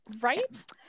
right